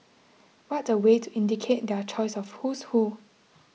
what a way to indicate their choice of who's who